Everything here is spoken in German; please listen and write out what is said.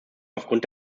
aufgrund